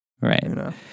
right